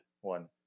one